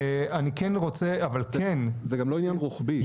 אני כן רוצה, אבל כן --- זה גם לא עניין רוחבי.